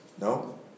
No